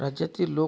राज्यातील लोक